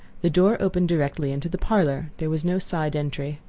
the door opened directly into the parlor there was no side entry.